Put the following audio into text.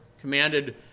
commanded